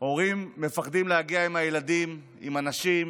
הורים מפחדים להגיע עם הילדים, עם הנשים,